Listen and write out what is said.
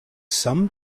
some